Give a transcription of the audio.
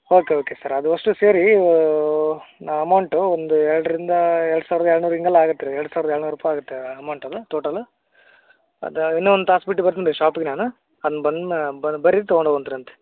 okay okay sir ಅದು ಅಷ್ಟೂ ಸೇರಿ ಓ ನಾ ಅಮೌಂಟು ಒಂದು ಎರಡರಿಂದ ಎರಡು ಸಾವಿರದ ಏಳ್ನೂರು ಹಿಂಗೆಲ್ಲ ಆಗತ್ತೆ ರೀ ಎರಡು ಸಾವಿರದ ಏಳ್ನೂರು ರೂಪಾಯಿ ಆಗುತ್ತೆ ಅಮೌಂಟ್ ಅದು ಟೋಟಲು ಅದು ಇನ್ನೂ ಒಂದು ತಾಸು ಬಿಟ್ಟು ಬರ್ತೀನಿ ರೀ ಶಾಪಿಗೆ ನಾನು ಅದ್ನ ಬನ್ನಾ ಬನ್ರಿ ತಗೊಂಡು ಹೋಗುಂತ್ರಿ ಅಂತೆ